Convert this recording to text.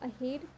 ahead